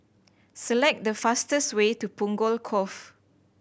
select the fastest way to Punggol Cove